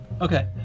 Okay